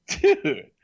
dude